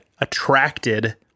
attracted